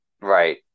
Right